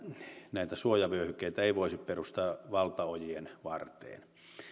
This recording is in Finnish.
näitä suojavyöhykkeitä ei voisi perustaa valtaojien varteen